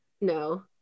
No